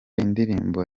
indirimbo